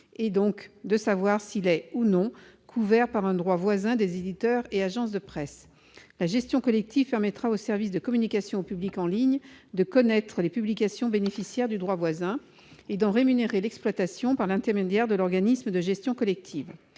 donc savoir si ce dernier est ou non couvert par un droit voisin des éditeurs et agences de presse. La gestion collective permettra aux services de communication au public en ligne de connaître les publications bénéficiaires du droit voisin, et d'en rémunérer l'exploitation par l'intermédiaire de l'organisme de gestion collective.